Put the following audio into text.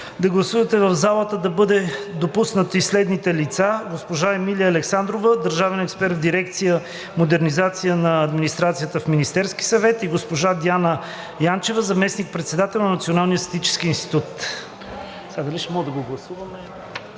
да гласувате в залата да бъдат допуснати следните лица: госпожа Емилия Александрова – държавен експерт в дирекция „Модернизация на администрацията“ на Министерския съвет; и госпожа Диана Янчева – заместник-председател на Националния статистически институт.